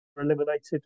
eliminated